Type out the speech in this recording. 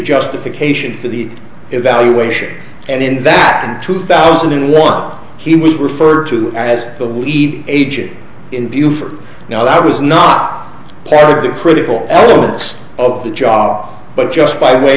justification for the evaluation and in vatican two thousand and one he was referred to as the lead agent in view for now that was not part of the critical elements of the job but just by way